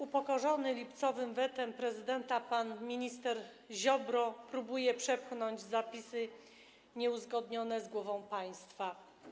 Upokorzony lipcowym wetem prezydenta pan minister Ziobro próbuje przepchnąć zapisy nieuzgodnione z głową państwa.